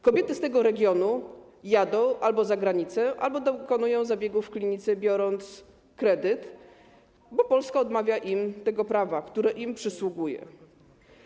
Kobiety z tego regionu albo jadą za granicę, albo dokonują zabiegu w klinice, biorąc kredyt, bo Polska odmawia im tego prawa, które im przysługuje.